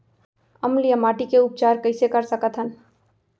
अम्लीय माटी के उपचार कइसे कर सकत हन?